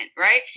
right